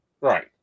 right